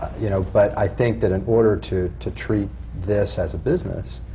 you know. but i think that in order to to treat this as a business,